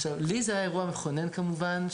עכשיו, לי זה היה אירוע מכונן, כמובן.